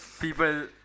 People